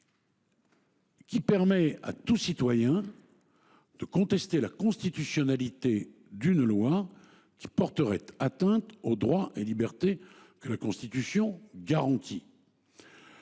qui permet à tout citoyen de contester la constitutionnalité d’une loi qui porterait atteinte « aux droits et libertés que la Constitution garantit